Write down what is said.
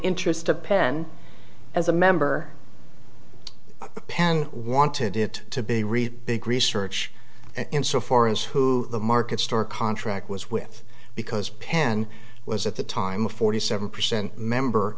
interest of penn as a member upin wanted it to be read big research in so far as who the market store contract was with because penn was at the time a forty seven percent member